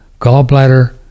gallbladder